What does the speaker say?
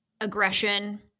aggression